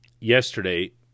yesterday